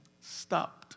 stopped